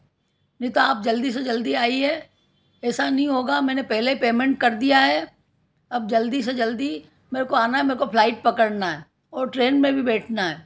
नहीं तो आप जल्दी से जल्दी आइये ऐसा नहीं होगा मैंने पहले पेमेंट कर दिया है अब जल्दी से जल्दी मेरे को आना है मेरे को फ्लाइट पकड़ना है और ट्रेन में भी बैठना है